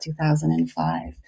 2005